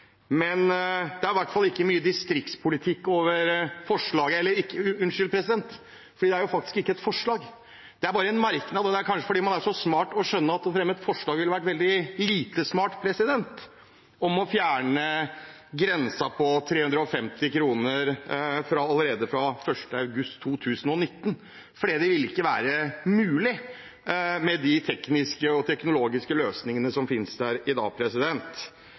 Men det er i hvert fall ikke mye distriktspolitikk over forslaget – eller unnskyld, det er faktisk ikke et forslag, det er bare en merknad. Det er kanskje fordi man er så smart at man skjønner at det ville ha vært veldig lite smart å fremme et forslag om å fjerne grensen på 350 kr allerede fra 1. august 2019, for det vil ikke være mulig med de tekniske og teknologiske løsningene som finnes i dag.